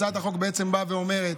הצעת החוק בעצם באה ואומרת: